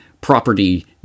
property